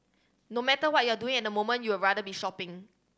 no matter what you're doing at the moment you're rather be shopping